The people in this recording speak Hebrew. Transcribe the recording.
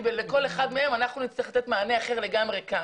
כי לכל אחד מהם אנחנו נצטרך לתת מענה אחר לגמרי כאן.